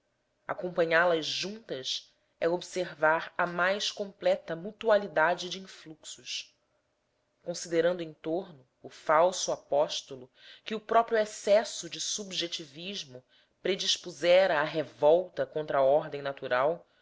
acompanhá-las juntas é observar a mais completa mutualidade de influxos considerando em torno o falso apóstolo que o próprio excesso de subjetivismo predispusera à revolta contra a ordem natural